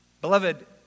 Beloved